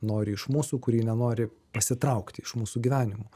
nori iš mūsų kuri nenori pasitraukti iš mūsų gyvenimų